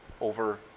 over